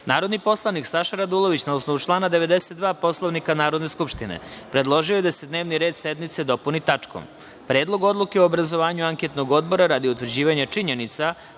predlog. Narodni poslanik Saša Radulović, na osnovu člana 92. Poslovnika Narodne skupštine, predložio je da se dnevni red sednice dopuni tačkom - Predlog odluke o obrazovanju Anketnog odbora radi preispitivanja